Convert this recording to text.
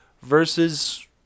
versus